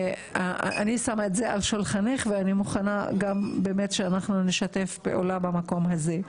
אני שמה את זה על שולחנך ואני מוכנה לשתף פעולה במקום הזה.